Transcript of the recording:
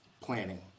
Planning